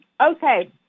Okay